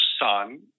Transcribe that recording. son